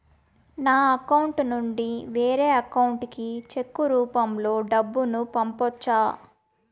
నా అకౌంట్ నుండి వేరే అకౌంట్ కి చెక్కు రూపం లో డబ్బును పంపొచ్చా?